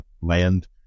land